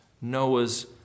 Noah's